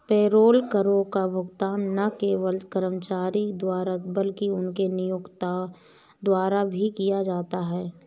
payroll करों का भुगतान न केवल कर्मचारी द्वारा बल्कि उनके नियोक्ता द्वारा भी किया जाता है